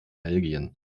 belgien